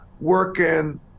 working